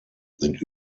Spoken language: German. sind